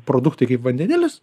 produktai kaip vandenilis